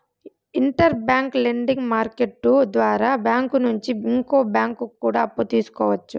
inter bank lending market ద్వారా bank నుంచి ఇంకో బ్యాంకు కూడా అప్పు తీసుకోవచ్చు